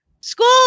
school